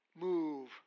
move